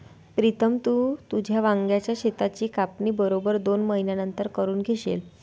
प्रीतम, तू तुझ्या वांग्याच शेताची कापणी बरोबर दोन महिन्यांनंतर करून घेशील